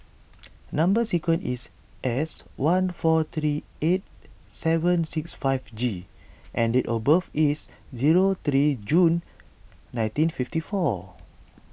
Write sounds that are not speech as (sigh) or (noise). (noise) Number Sequence is S one four three eight seven six five G and date of birth is zero three June nineteen fifty four